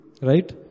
Right